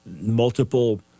multiple